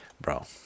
Bro